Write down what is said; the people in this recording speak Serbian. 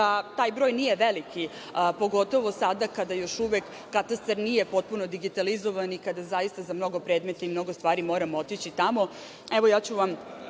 taj broj nije veliki pogotovo sada kada još uvek Katastar nije potpuno digitalizovan i kada zaista za mnogo predmeta i mnogo stvari moramo otići tamo.